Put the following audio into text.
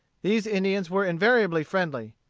these indians were invariably friendly.